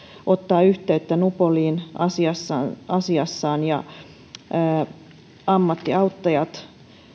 ottaa yhteyttä nupoliin asiassaan asiassaan ammattiauttajat